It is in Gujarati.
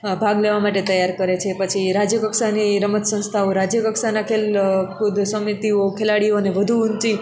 ભાગ લેવા માટે તૈયાર કરે છે પછી રાજ્ય કક્ષાની રમત સંસ્થાઓ રાજ્ય કક્ષાના ખેલ કુદ સમિતિઓ ખેલાડીઓને વધુ ઊંચી